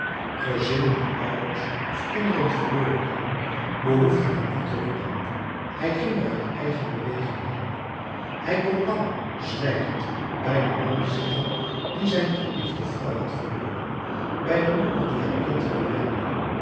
gezinnen die ouders of kinderen verloren hadden behoefden hem niet te roepen hij ging er uit eigen beweging heen hij kon lang zwijgend bij den man zitten die zijn geliefde vrouw had verloren bij de moeder die